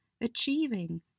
achieving